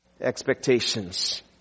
expectations